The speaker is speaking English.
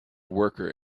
worker